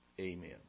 amen